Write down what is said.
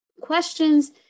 questions